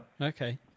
okay